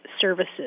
services